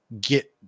get